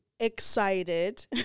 excited